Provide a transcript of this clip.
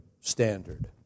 standard